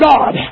God